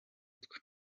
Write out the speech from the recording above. twe